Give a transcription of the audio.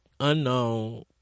Unknown